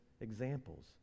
examples